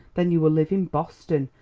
then you will live in boston!